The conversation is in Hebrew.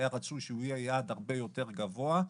היה רצוי שהוא יהיה יעד הרבה יותר גבוה.